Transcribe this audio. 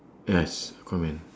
yes aquaman